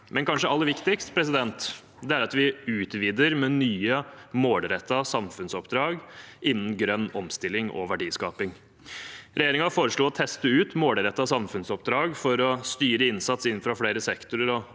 Kanskje aller viktigst er det likevel at vi utvider med nye målrettede samfunnsoppdrag innen grønn omstilling og verdiskaping. Regjeringen foreslo å teste ut målrettede samfunnsoppdrag for å styre innsats innenfor flere sektorer